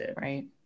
Right